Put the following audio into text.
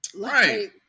Right